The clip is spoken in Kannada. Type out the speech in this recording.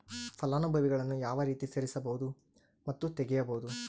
ಫಲಾನುಭವಿಗಳನ್ನು ಯಾವ ರೇತಿ ಸೇರಿಸಬಹುದು ಮತ್ತು ತೆಗೆಯಬಹುದು?